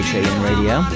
Radio